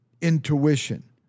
intuition